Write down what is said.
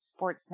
Sportsnet